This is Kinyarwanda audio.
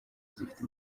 zifite